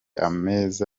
ameza